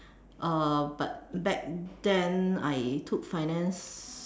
uh but back then I took finance